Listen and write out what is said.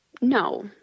No